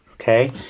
Okay